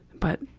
but